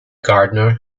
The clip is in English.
gardener